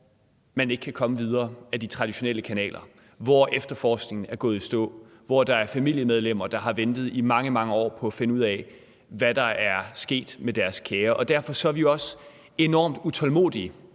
man ikke kan komme videre ad de traditionelle kanaler, hvor efterforskningen er gået i stå, og hvor der er familiemedlemmer, der har ventet i mange, mange år på at finde ud af, hvad der er sket med deres kære. Derfor er vi også enormt utålmodige,